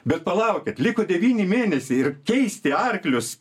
bet palaukit liko devyni mėnesiai ir keisti arklius